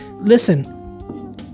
listen